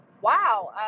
wow